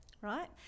Right